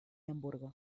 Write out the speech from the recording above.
hamburgo